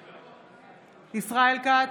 בעד ישראל כץ,